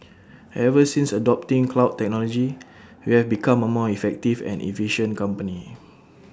ever since adopting cloud technology we have become A more effective and efficient company